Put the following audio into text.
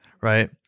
right